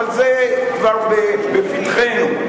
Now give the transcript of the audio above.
אבל זה כבר בפתחנו.